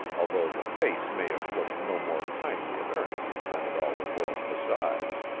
although the face may have looked no more kindly at ernest than at all the world besides.